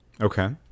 Okay